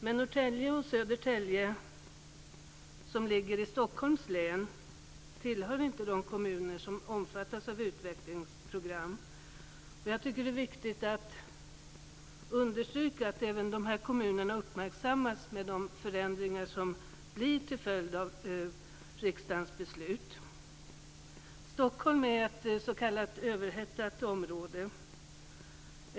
Men Norrtälje och Södertälje, som ligger i Stockholms län, tillhör inte de kommuner som omfattas av utvecklingsprogram. Jag tycker att det är viktigt att även de här kommunerna uppmärksammas på grund av de förändringar som uppstår genom riksdagens beslut. Stockholm är ett s.k. överhettat område.